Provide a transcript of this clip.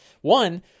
One